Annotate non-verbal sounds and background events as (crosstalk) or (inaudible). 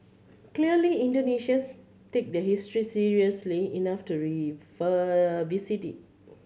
clearly Indonesians take their history seriously enough to (unintelligible) visit it